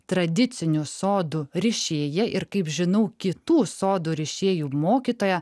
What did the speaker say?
tradicinių sodų rišėja ir kaip žinau kitų sodų rišėjų mokytoja